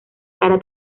cara